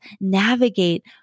navigate